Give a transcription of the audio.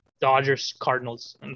Dodgers-Cardinals